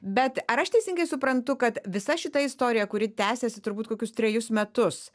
bet ar aš teisingai suprantu kad visa šita istorija kuri tęsiasi turbūt kokius trejus metus